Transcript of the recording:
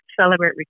Celebrate